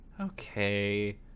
okay